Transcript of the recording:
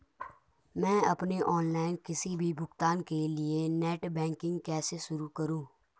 मैं अपने ऑनलाइन किसी भी भुगतान के लिए नेट बैंकिंग कैसे शुरु करूँ?